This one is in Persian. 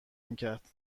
میکرد